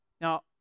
Now